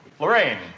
Lorraine